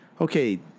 okay